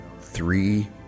three